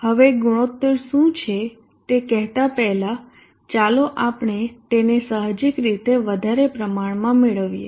હવે ગુણોત્તર શું છે તે કહેતા પહેલાં ચાલો આપણે તેને સાહજિક રીતે વધારે પ્રમાણમાં મેળવીએ